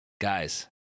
Guys